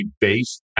Based